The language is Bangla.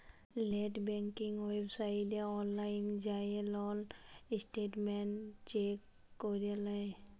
লেট ব্যাংকিং ওয়েবসাইটে অললাইল যাঁয়ে লল ইসট্যাটমেল্ট চ্যাক ক্যরে লেই